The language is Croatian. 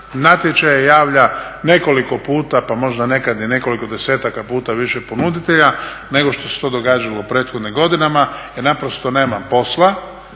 natječaje javlja nekoliko puta, pa možda nekad i nekoliko desetaka puta više ponuditelja nego što se to događalo u prethodnim godinama jer naprosto nema posla.